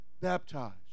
baptized